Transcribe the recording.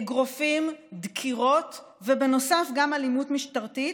אגרופים, דקירות, ובנוסף גם אלימות משטרתית,